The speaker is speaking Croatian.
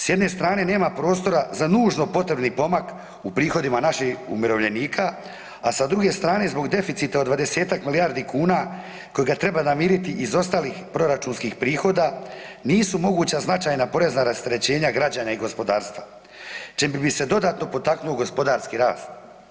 S jedne strane nema prostora za nužno potrebni pomak u prihodima naših umirovljenika a sa druge strane zbog deficita od 20-ak milijardi kuna kojega treba namiriti iz ostalih proračunskih prihoda, nisu moguća značajna porezna rasterećenja građana i gospodarstva čemu bi se dodatno potaknuo gospodarski rast.